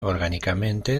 orgánicamente